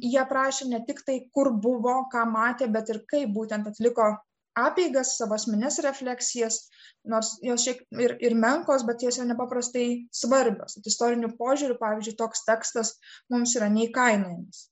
ji aprašė ne tik tai kur buvo ką matė bet ir kaip būtent atliko apeigas savo asmenines refleksijas nors jos šiaip ir ir menkos bet jose nepaprastai svarbios istoriniu požiūriu pavyzdžiui toks tekstas mums yra neįkainojamas